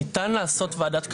ניתן לעשות ועדת קבלה.